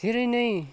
धेरै नै